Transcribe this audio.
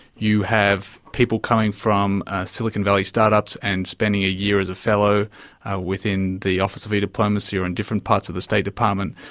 you have people coming from silicon valley start-ups and spending a year as a fellow within the office of e-diplomacy or in different parts of the state department,